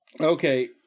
okay